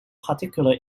particular